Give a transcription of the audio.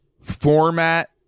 format